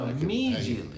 Immediately